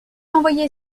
envoyer